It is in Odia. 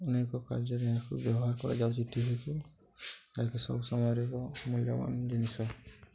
ଅନେକ କାଯ୍ୟରେ ଏହାକୁ ବ୍ୟବହାର କରାଯାଉଛି ଟିଭିକୁ ଯାଲକ ସବୁ ସମୟରେ ଏକ ମୂଲ୍ୟବାନ ଜିନିଷ